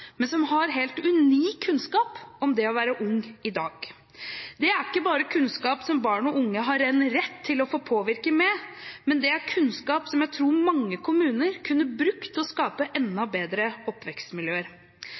men som har helt unik kunnskap om det å være ung i dag. Det er ikke bare kunnskap som barn og unge har en rett til å få påvirke med, men det er kunnskap som jeg tror mange kommuner kunne brukt til å skape enda bedre oppvekstmiljøer.